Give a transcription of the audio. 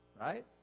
right